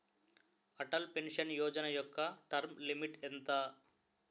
Atal pension Yojana యెక్క term limit ఎంత?